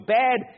bad